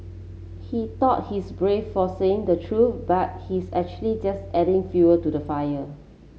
he thought he's brave for saying the truth but he's actually just adding fuel to the fire